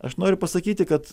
aš noriu pasakyti kad